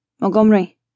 Montgomery